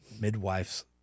midwife's